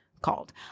called